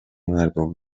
مردم